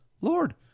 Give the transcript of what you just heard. Lord